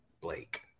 Blake